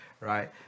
right